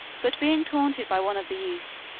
but being taunted by one of the youths,